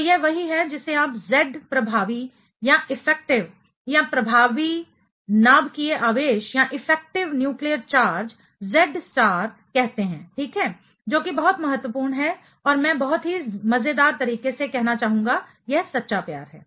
तो यह वही है जिसे आप Z प्रभावी इफेक्टिव या प्रभावी नाभिकीय आवेश effective nuclear charge Z star कहते हैं ठीक है जो कि बहुत महत्वपूर्ण है और मैं बहुत ही मजेदार तरीके से कहना चाहूंगा यह सच्चा प्यार है